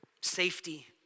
safety